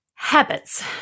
Habits